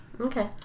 Okay